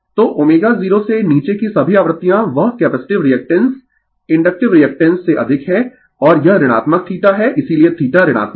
तो ω0 से नीचे की सभी आवृत्तियाँ वह कैपेसिटिव रीएक्टेन्स इंडक्टिव रीएक्टेन्स से अधिक है और यह ऋणात्मक θ है इसीलिये θ ऋणात्मक है